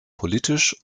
politisch